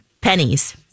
pennies